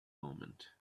moment